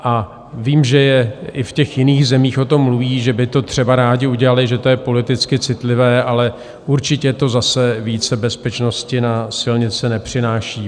A vím, že i v jiných zemích o tom mluví, že by to třeba rádi udělali, že to je politicky citlivé, ale určitě to zase více bezpečnosti na silnice nepřináší.